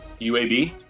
UAB